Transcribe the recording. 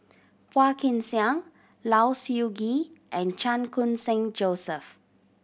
Phua Kin Siang Low Siew Nghee and Chan Khun Sing Joseph